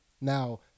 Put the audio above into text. Now